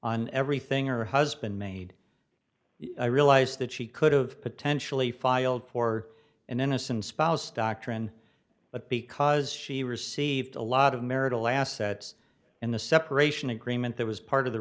on everything or husband made i realize that she could've potentially filed for an innocent spouse doctrine but because she received a lot of marital assets and the separation agreement that was part of the